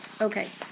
Okay